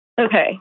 Okay